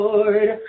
Lord